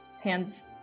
Hands